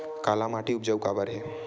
काला माटी उपजाऊ काबर हे?